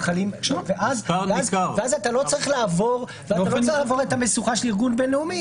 ואז אתה לא צריך לעבור את המשוכה של ארגון בין-לאומי,